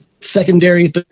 secondary